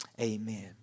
amen